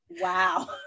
Wow